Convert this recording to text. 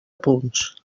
punts